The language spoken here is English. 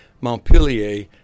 Montpellier